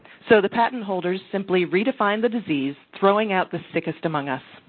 so, the patent holders simply redefined the disease, throwing out the sickest among us.